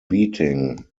beating